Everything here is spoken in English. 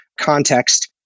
context